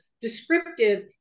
Descriptive